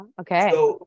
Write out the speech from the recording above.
Okay